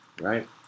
right